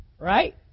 Right